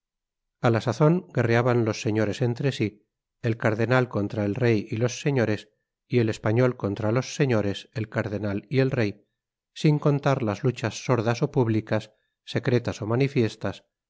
a la sazón guerreaban los señores entre si el cardenal contra el rey y los señores y el español contra los señores el cardenal y el rey sin contar las luchas sordas ó públicas secretas ó manifiestas